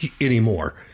anymore